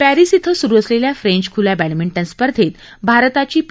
Paris इथं सुरु असलेल्या फ्रेंच खूल्या बॅडमिंटन स्पर्धेत भारताची पी